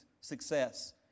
success